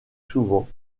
souvent